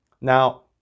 now